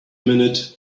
minute